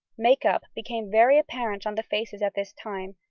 make up became very apparent on the faces at this time,